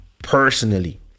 personally